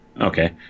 okay